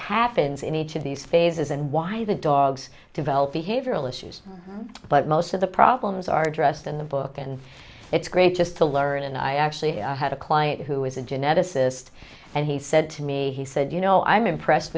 happens in each of these phases and why the dogs develop behavioral issues but most of the problems are addressed in the book and it's great just to learn and i actually had a client who was a geneticist and he said to me he said you know i'm impressed